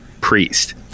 priest